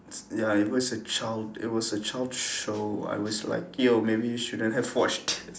s~ ya it was a child it was a child show I was like yo maybe we shouldn't have watched this